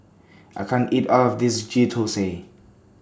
I can't eat All of This Ghee Thosai